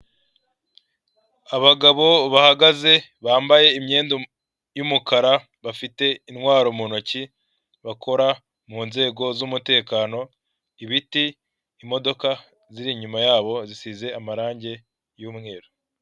Abagabo bahagaze bambaye imyenda y'umukara, bafite intwaro mu ntoki, bakora mu nzego z'umutekano, ibiti, imodoka ziri inyuma yabo zisize amarangi y'umweru.